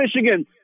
Michigan